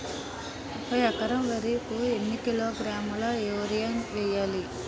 ఒక ఎకర వరి కు ఎన్ని కిలోగ్రాముల యూరియా వెయ్యాలి?